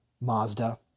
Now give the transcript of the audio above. Mazda